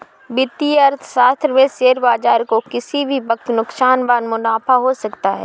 वित्तीय अर्थशास्त्र में शेयर बाजार को किसी भी वक्त नुकसान व मुनाफ़ा हो सकता है